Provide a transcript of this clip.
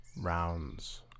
rounds